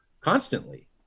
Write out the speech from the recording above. constantly